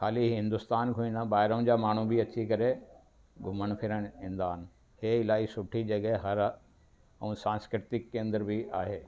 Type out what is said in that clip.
खाली हिंदुस्तान खां ई न ॿाहिरों जा माण्हू बि अची करे घुमणु फिरणु ईंदा आहिनि ऐं इलाही सुठी जॻहि हरु ऐं सांस्कृतिक केंद्र बि आहे